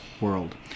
world